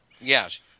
Yes